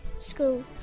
School